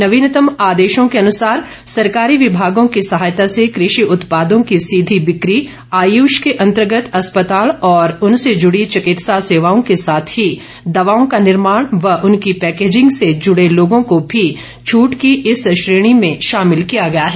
नवीनतम आदेशों के अनुसार सरकारी विभागों की सहायता से कृषि उत्पादों की सीधी बिक्री आयुष के अंतर्गत अस्पताल और उनसे जुड़ी चिकित्सा सेवाओं के साथ ही दवाओं का निर्माण और उनकी पैकेजिंग से जुड़े लोगों को भी छूट की इस श्र्रेणी में शामिल किया गया है